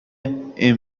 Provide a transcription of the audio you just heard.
امهری